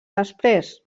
després